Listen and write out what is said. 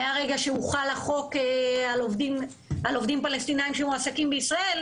מהרגע שהוחל החוק על עובדים פלסטינים שמועסקים בישראל,